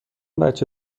بچه